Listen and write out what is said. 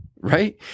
Right